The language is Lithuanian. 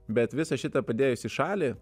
bet visą šitą padėjus į šalį